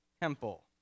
temple